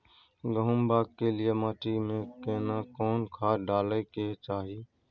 गहुम बाग के लिये माटी मे केना कोन खाद डालै के चाही?